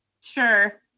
Sure